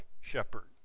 shepherd